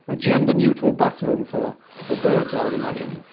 ah gender neutral bathroom for for birds, i would imagine.